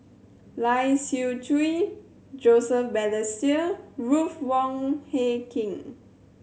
Lai Siu Chiu Joseph Balestier Ruth Wong Hie King